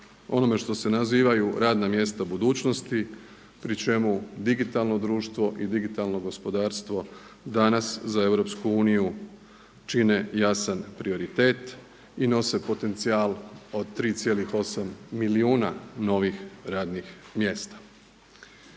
onome što se nazivaju radna mjesta budućnosti pri čemu digitalno društvo i digitalno gospodarstvo danas za EU čine jasan prioritet i nose potencijal od 3,8 milijuna novih radnih mjesta.